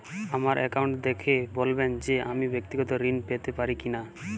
আমার অ্যাকাউন্ট দেখে বলবেন যে আমি ব্যাক্তিগত ঋণ পেতে পারি কি না?